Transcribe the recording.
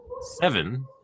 seven